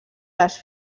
les